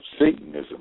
Satanism